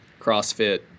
crossfit